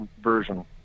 version